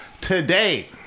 today